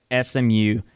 SMU